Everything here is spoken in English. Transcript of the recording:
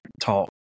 talk